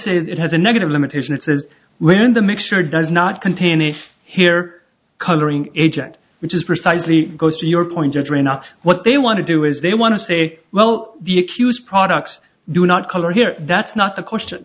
says it has a negative limitation it says when the mixture does not contain it here coloring agent which is precisely goes to your point of three not what they want to do is they want to say well the excuse products do not color here that's not the question